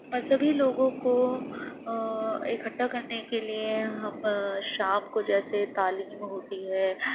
مذہبی لوگوں کو اکٹھا کرنے کے لیے ہم شام کو جیسے تعلیم ہوتی ہے